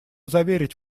заверить